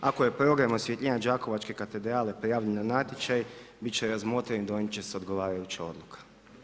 Ako je program osvjetljenja đakovačke katedrale prijavljen na natječaj bit će razmotren i donijet će se odgovarajuća odluka.